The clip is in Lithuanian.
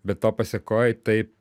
be to pasekoj taip